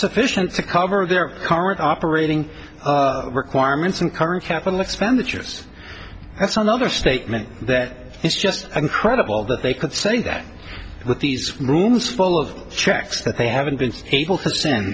sufficient to cover their current operating requirements and current capital expenditures that's another statement that is just incredible that they could say that with these rooms full of checks that they haven't been able to s